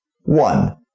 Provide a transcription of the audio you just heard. One